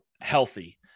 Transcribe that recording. healthy